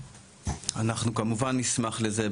אנחנו כמובן נשמח לזה.